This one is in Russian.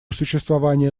существования